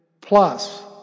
plus